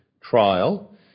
trial